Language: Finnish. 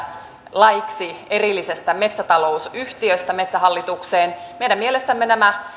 laiksi erillisestä metsätalousyhtiöstä metsähallitukseen meidän mielestämme nämä